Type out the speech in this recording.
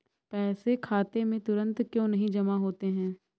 पैसे खाते में तुरंत क्यो नहीं जमा होते हैं?